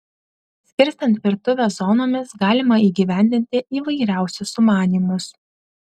skirstant virtuvę zonomis galima įgyvendinti įvairiausius sumanymus